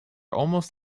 almost